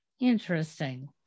Interesting